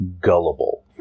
gullible